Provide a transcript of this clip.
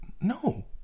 No